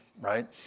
Right